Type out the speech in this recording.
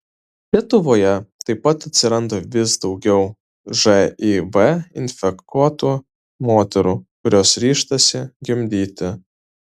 lietuvoje taip pat atsiranda vis daugiau živ infekuotų moterų kurios ryžtasi gimdyti